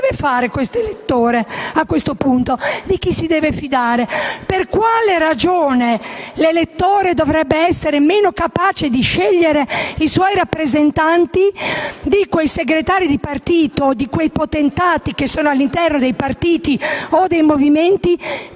Cosa deve fare un elettore a questo punto? Di chi si deve fidare? Per quale ragione l'elettore dovrebbe essere meno capace di scegliere i suoi rappresentanti di quei segretari di partito, di quei potentati che sono all'interno dei partiti o dei movimenti